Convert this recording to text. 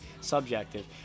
subjective